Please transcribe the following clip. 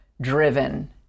driven